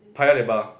Paya-Lebar